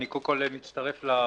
קודם כל, אני מצטרף לברכות.